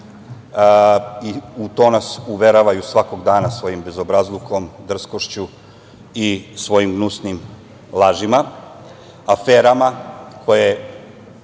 i to nas uveravaju svakog dana svojim bezobrazlukom, drskošću i svojim gnusnim lažima, aferama koje